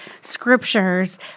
scriptures